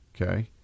okay